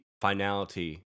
finality